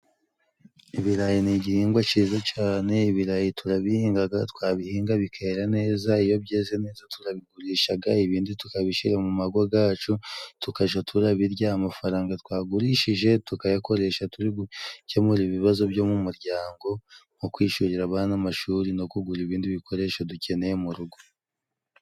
Ibirayi ni igihingwa ciza cane. Ibirayi turabihingaga, twabihinga bikera neza, iyo byeze neza turabigurishaga, ibindi tukabishira mu mago gacu tukaja turabirya, amafaranga twagurishije tukayakoresha turi gukemura ibibazo byo mu muryango, nko kwishurira abana amashuri, no kugura ibindi bikoresho dukeneye mu rugo.